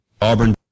Auburn